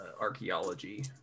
archaeology